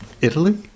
Italy